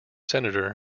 senator